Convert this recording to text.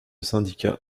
syndicat